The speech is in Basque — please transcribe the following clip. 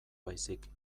baizik